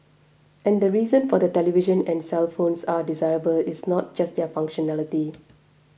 and the reason for the televisions and cellphones are desirable is not just their functionality